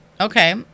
okay